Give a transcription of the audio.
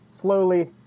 slowly